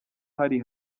hari